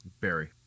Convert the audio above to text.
barry